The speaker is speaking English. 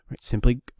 Simply